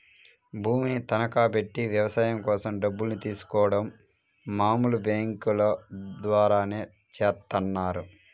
భూమిని తనఖాబెట్టి వ్యవసాయం కోసం డబ్బుల్ని తీసుకోడం మామూలు బ్యేంకుల ద్వారానే చేత్తన్నారు